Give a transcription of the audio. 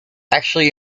actually